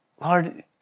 Lord